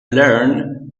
learn